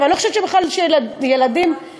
ואני לא חושבת שילדים לומדים.